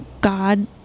God